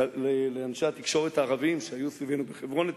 לאנשי התקשורת הערבים שהיו סביבנו בחברון אתמול,